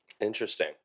Interesting